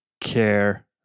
care